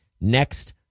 next